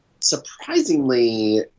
surprisingly